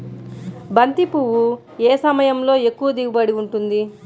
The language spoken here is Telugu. బంతి పువ్వు ఏ సమయంలో ఎక్కువ దిగుబడి ఉంటుంది?